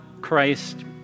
Christ